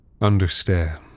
understand